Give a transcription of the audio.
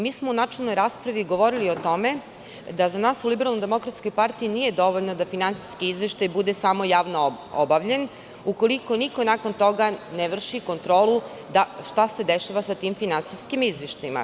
Mi smo u načelnoj raspravi govorili o tome, da za nas u LDP nije dovoljno da finansijski izveštaj bude samo javno objavljen, ukoliko niko nakon toga ne vrši kontrolu šta se dešava sa tim finansijskim izveštajima.